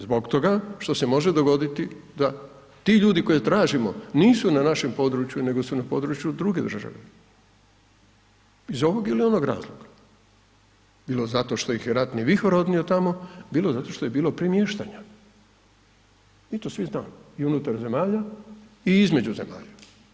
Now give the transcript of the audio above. Zbog toga što se može dogoditi da ti ljudi koje tražimo nisu na našem području, nego su na području druge države iz ovog ili onog razloga, bilo zato što ih je ratni vihor odnio tamo, bilo zato što je bilo premještanja, mi to svi znamo i unutar zemalja i između zemalja.